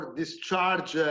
discharge